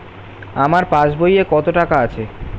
আমার পাস বইয়ে কত টাকা আছে?